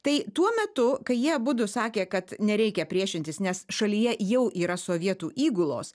tai tuo metu kai jie abudu sakė kad nereikia priešintis nes šalyje jau yra sovietų įgulos